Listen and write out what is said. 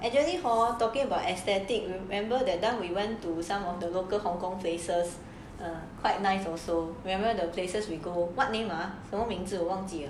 ya actually hor talking about aesthetic remember that time we went to some of the local hong-kong places are quite nice also remember the places we go what name ah 什么名字忘记了